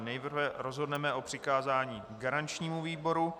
Nejprve rozhodneme o přikázání garančnímu výboru.